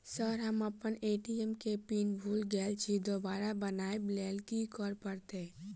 Sir हम अप्पन ATM केँ पिन भूल गेल छी दोबारा बनाब लैल की करऽ परतै?